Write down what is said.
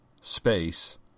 space